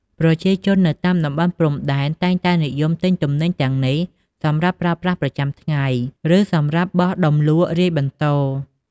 ប្រជាជននៅតាមតំបន់ព្រំដែនតែងតែនិយមទិញទំនិញទាំងនេះសម្រាប់ប្រើប្រាស់ប្រចាំថ្ងៃ ឬសម្រាប់បោះដុំលក់រាយបន្ត។